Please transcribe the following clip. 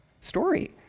story